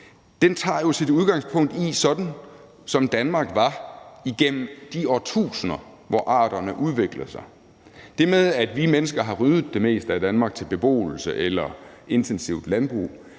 jo tager sit udgangspunkt i, sådan som Danmark var igennem de årtusinder, hvor arterne har udviklet sig. Det med, at vi mennesker har ryddet det meste af Danmark til beboelse eller intensivt landbrug,